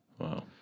Wow